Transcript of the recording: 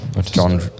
john